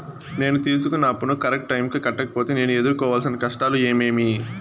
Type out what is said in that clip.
నేను తీసుకున్న అప్పును కరెక్టు టైముకి కట్టకపోతే నేను ఎదురుకోవాల్సిన కష్టాలు ఏమీమి?